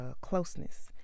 closeness